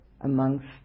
amongst